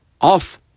off